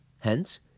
Hence